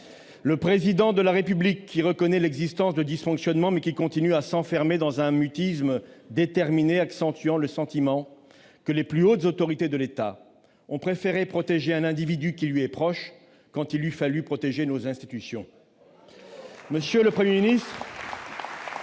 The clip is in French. le Président de la République reconnaît l'existence de dysfonctionnements, mais continue à s'enfermer dans un mutisme déterminé, accentuant le sentiment que les plus hautes autorités de l'État ont préféré protéger un individu qui leur est proche, quand il eût fallu protéger nos institutions. Monsieur le Premier ministre,